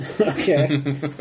Okay